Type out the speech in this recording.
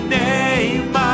name